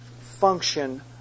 function